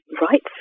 right